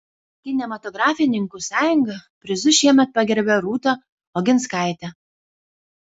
kinematografininkų sąjunga prizu šiemet pagerbė rūta oginskaitę